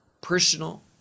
personal